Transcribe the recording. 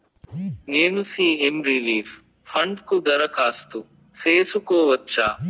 నేను CM relief fund కు దరఖాస్తు సేసుకోవచ్చా?